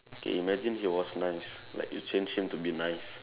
K imagine he was nice like you change him to be nice